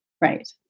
right